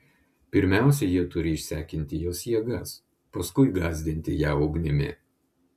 pirmiausia jie turi išsekinti jos jėgas paskui gąsdinti ją ugnimi